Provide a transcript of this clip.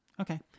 Okay